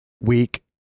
week